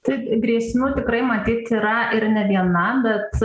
tai grėsmių tikrai matyt yra ir ne viena bet